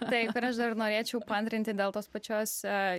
taip ir aš dar norėčiau paantrinti dėl tos pačios